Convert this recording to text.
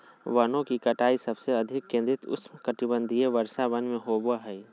वनों की कटाई सबसे अधिक केंद्रित उष्णकटिबंधीय वर्षावन में होबो हइ